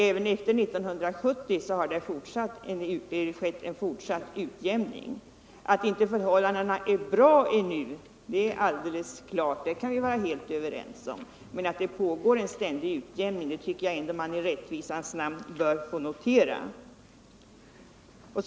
Även efter 1970 har det skett en fortsatt utjämning. Att förhållandena inte är bra nu är alldeles klart. Det kan fru Nordlander och jag vara helt överens om. Men jag tycker ändå att man i rättvisans namn bör få notera att det pågår en ständig utjämning.